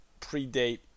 predate